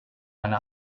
eine